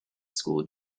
school